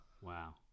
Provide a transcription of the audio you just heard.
Wow